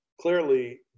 clearly